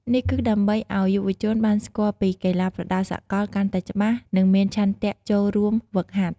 នេះគឺដើម្បីឲ្យយុវជនបានស្គាល់ពីកីឡាប្រដាល់សកលកាន់តែច្បាស់ និងមានឆន្ទៈចូលរួមហ្វឹកហាត់។